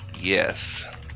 yes